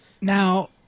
Now